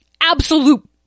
absolute